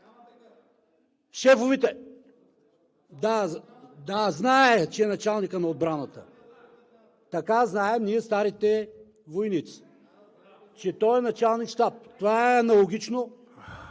ШОПОВ: Да, зная за началника на отбраната. Така е, знаем ние старите войници, че той е началник щаб. Това е аналогично,